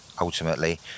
ultimately